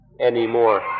anymore